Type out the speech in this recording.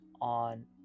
on